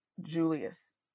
Julius